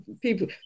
people